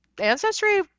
ancestry